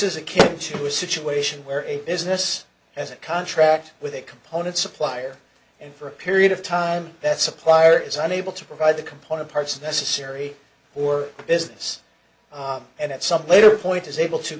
case to a situation where a business has a contract with a component supplier and for a period of time that supplier is unable to provide the component parts necessary for business and at some later point is able to